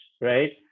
right